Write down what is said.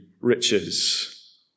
riches